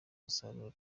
musaruro